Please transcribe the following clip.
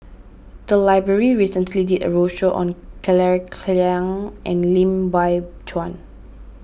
the library recently did a roadshow on Claire Chiang and Lim Biow Chuan